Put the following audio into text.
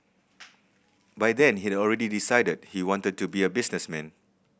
by then he had already decided he wanted to be a businessman